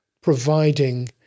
providing